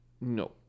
No